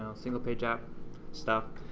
single page app stuff.